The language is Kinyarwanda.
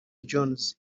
jones